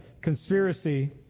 conspiracy